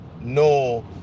no